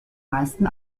meisten